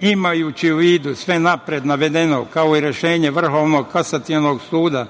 bilo. Imajući u vidu sve unapred navedeno, kao i rešenje Vrhovnog kasacionog suda